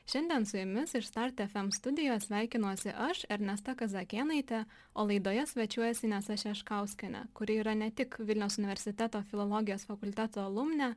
šiandien su jumis iš start ef em studijos sveikinuosi aš ernesta kazakėnaitė o laidoje svečiuojasi inesa šeškauskienė kuri yra ne tik vilniaus universiteto filologijos fakulteto alumnė